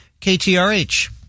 ktrh